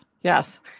Yes